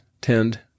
tend